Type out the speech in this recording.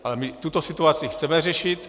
Ale my tuto situaci chceme řešit.